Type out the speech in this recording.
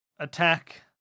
Attack